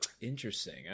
Interesting